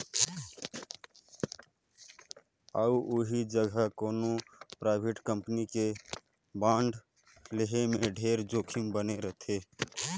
अउ ओही जघा कोनो परइवेट कंपनी के बांड लेहे में ढेरे जोखिम बने रथे